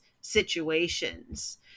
situations